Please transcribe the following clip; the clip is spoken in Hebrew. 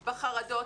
בחרדות,